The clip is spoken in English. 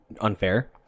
unfair